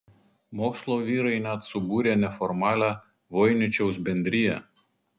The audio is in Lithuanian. mokslo vyrai net subūrė neformalią voiničiaus bendriją